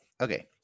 okay